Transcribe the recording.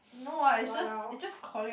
no what it's just it's just calling out